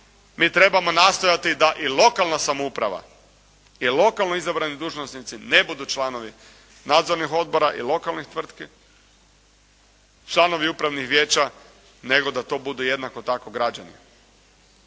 Mi trebamo nastojati da i lokalna samouprava i lokalno izabrani dužnosnici ne budu članovi nadzornih odbora i lokalnih tvrtki, članovi upravnih vijeća, nego da to budu jednako tako građani.